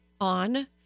on